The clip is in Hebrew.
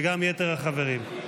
וגם יתר החברים.